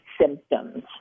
symptoms